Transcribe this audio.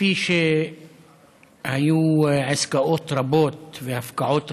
כפי שהיו עסקאות רבות, והפקעות רבות,